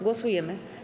Głosujemy.